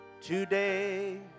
today